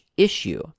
Issue